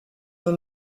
nur